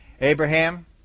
Abraham